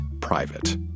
private